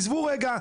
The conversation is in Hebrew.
עזבו בצד